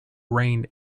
rained